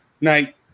night